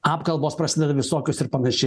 apkalbos prasideda visokios ir panašiai